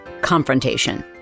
confrontation